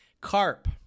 carp